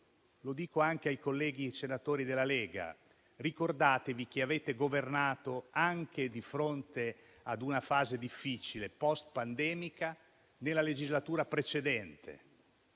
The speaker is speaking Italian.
Governo e ai colleghi della Lega ricordo che hanno governato anche di fronte ad una fase difficile post-pandemica nella legislatura precedente